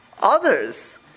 others